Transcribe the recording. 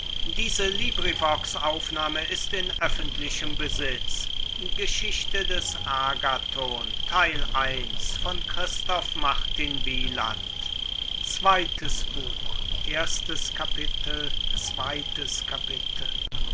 geschichte des agathon christoph martin wieland